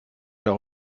noch